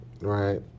right